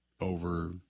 over